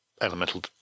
elemental